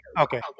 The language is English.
Okay